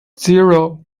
zero